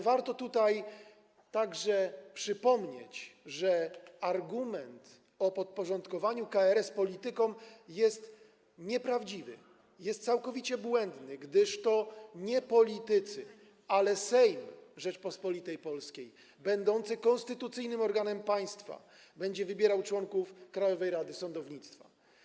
Warto także przypomnieć, że argument o podporządkowaniu KRS politykom jest nieprawdziwy, jest całkowicie błędny, gdyż to nie politycy, ale Sejm Rzeczypospolitej Polskiej, będący konstytucyjnym organem państwa, będzie wybierał członków Krajowej Rady Sądownictwa.